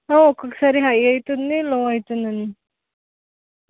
ఒకోక్కసారి high అవుతుంది low అవుతుంది అండి